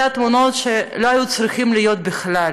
אלה תמונות שלא היו צריכות להיות בכלל.